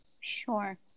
Sure